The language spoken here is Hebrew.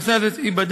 הנושא הזה ייבדק.